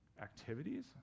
activities